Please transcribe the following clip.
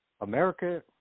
America